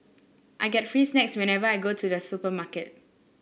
I get free snacks whenever I go to the supermarket